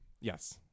Yes